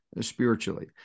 spiritually